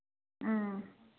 ꯎꯝ